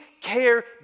care